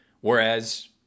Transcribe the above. Whereas